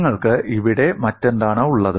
നിങ്ങൾക്ക് ഇവിടെ മറ്റെന്താണ് ഉള്ളത്